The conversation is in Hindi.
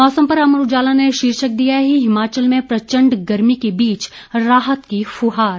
मौसम पर अमर उजाला ने शीर्षक दिया है हिमाचल में प्रचंड गर्मी के बीच राहत की फ़्हार